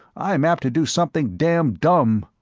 i'm apt to do something damned dumb!